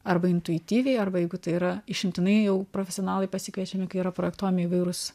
arba intuityviai arba jeigu tai yra išimtinai jau profesionalai pasikviečiami kai yra projektuojami įvairūs